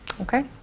Okay